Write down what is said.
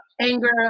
anger